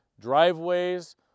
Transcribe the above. driveways